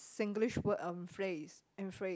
Singlish word um phrase and phrase